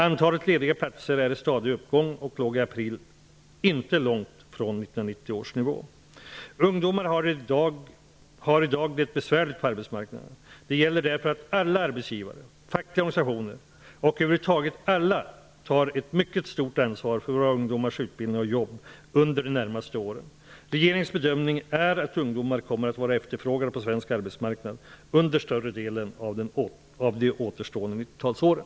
Antalet lediga platser är i stadig uppgång och låg i april inte långt från 1990 års nivå. Ungdomar har i dag det besvärligt på arbetsmarknaden. Det gäller därför att arbetsgivare, fackliga organisationer och över huvud taget alla tar ett mycket stort ansvar för våra ungdomars utbildning och jobb under de närmaste åren. Regeringens bedömning är att ungdomar kommer att vara efterfrågade på den svenska arbetsmarknaden under större delen av de återstående 90-talsåren.